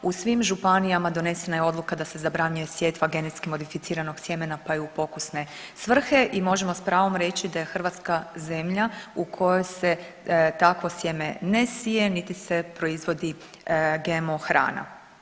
U svim županijama donesena je odluka da se zabranjuje sjetva genetski modificiranog sjemena, pa i u pokusne svrhe i možemo s pravom reći da je Hrvatska zemlja u kojoj se takvo sjeme ne sije, niti se proizvodi GMO hrana.